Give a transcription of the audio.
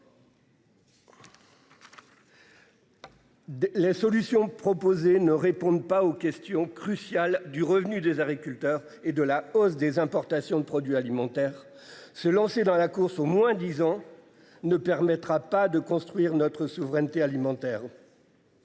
Les solutions proposées ne répondent pas aux questions cruciales du revenu des agriculteurs et de la hausse des importations de produits alimentaires se lancer dans la course au moins disant. Ne permettra pas de construire notre souveraineté alimentaire.